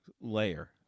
layer